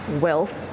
wealth